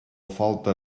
falta